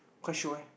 quite shiok eh